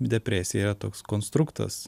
depresija yra toks konstruktas